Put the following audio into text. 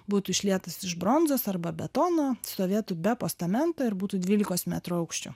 būtų išlietas iš bronzos arba betono sovietų be postamento ir būtų dvylikos metrų aukščio